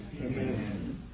Amen